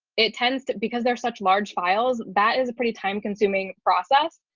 it tends to because they're such large files, that is a pretty time consuming process.